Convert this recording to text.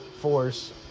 force